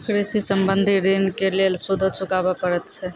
कृषि संबंधी ॠण के लेल सूदो चुकावे पड़त छै?